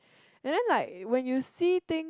and then like when you see things